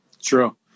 true